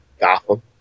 Gotham